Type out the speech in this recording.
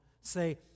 say